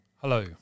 Hello